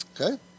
Okay